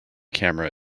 camera